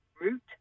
root